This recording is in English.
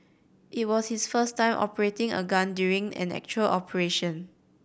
it was his first time operating a gun during an actual operation